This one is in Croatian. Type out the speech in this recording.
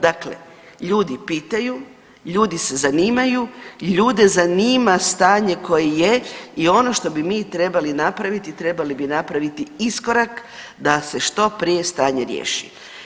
Dakle, ljudi pitaju, ljudi se zanimaju, ljude zanima stanje koje je i ono što bi mi trebali napraviti, trebali bi napraviti iskorak da se što prije stanje riješi.